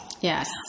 yes